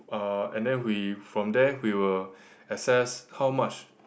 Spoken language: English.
uh and then we from there we will access how much